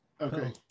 Okay